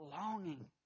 longing